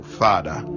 father